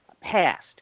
passed